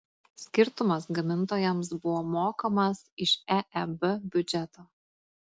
skirtumas gamintojams buvo mokamas iš eeb biudžeto